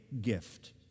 gift